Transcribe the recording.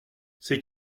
c’est